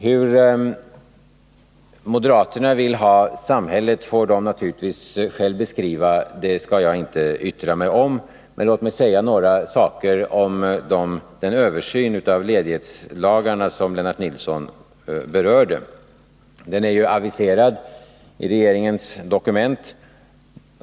Hur moderaterna vill ha samhället får de naturligtvis själva beskriva; det skall jag inte yttra mig om. Men låt mig säga några saker om den översyn av ledighetslagarna som Lennart Nilsson berörde. Den är ju aviserad i regeringens dokument.